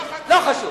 לא חשוב.